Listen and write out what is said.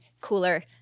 cooler